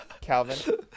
Calvin